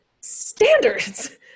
standards